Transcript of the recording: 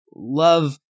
Love